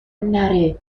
نره